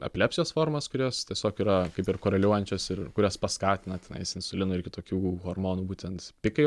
epilepsijos formas kurios tiesiog yra kaip ir koreliuojančios ir kurias paskatina tenais insulino ir kitokių hormonų būtent pikai